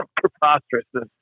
preposterousness